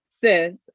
sis